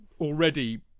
already